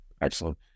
Excellent